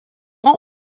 want